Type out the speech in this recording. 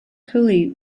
cooley